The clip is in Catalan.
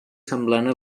semblant